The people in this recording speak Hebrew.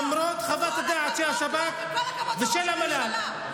למרות חוות הדעת של השב"כ ושל המל"ל.